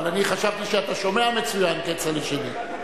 אבל אני חשבתי שאתה שומע מצוין, כצל'ה שלי.